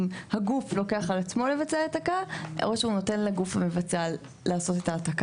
הגוף יבצע את ההעתקה בעצמו או שהוא נותן לגוף המבצע לעשות אותה.